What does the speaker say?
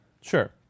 Sure